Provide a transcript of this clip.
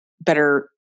better